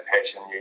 passion